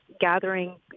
gathering